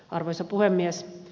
arvoisa puhemies